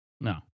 No